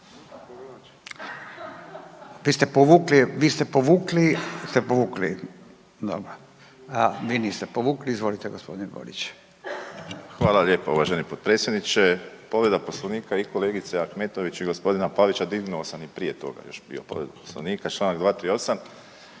Vi ste povukli, vi ste povukli, dobro. A vi niste povukli, izvolite gospodine Borić. **Borić, Josip (HDZ)** Hvala lijepo uvaženi potpredsjedniče, povreda Poslovnika i kolegice Ahmetović i gospodina Pavića, dignuo sam i prije toga još bio povredu Poslovnika, Članak 238.